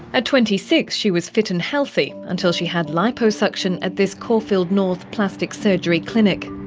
at twenty six she was fit and healthy, until she had liposuction at this caulfield north plastic surgery clinic.